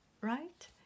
right